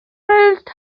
removed